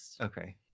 Okay